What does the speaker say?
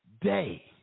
day